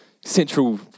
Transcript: Central